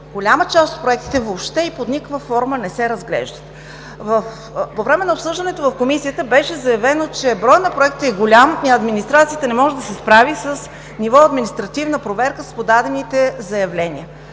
голяма част от проектите въобще и под никаква форма не се разглеждат. По време на обсъждането в Комисията беше заявено, че броят на проектите е голям и администрацията не може да се справи на ниво административна проверка с подадените заявления.